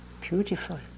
Beautiful